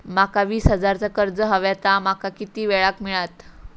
माका वीस हजार चा कर्ज हव्या ता माका किती वेळा क मिळात?